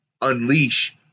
unleash